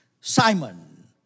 Simon